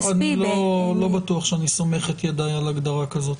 אני לא בטוח שאני סומך את ידיי על הגדרה כזאת.